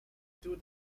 two